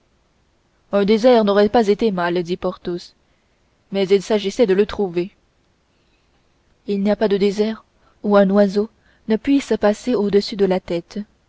un désert n'aurait pas été mal dit porthos mais il s'agissait de le trouver il n'y a pas de désert où un oiseau ne puisse passer au-dessus de la tête